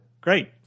Great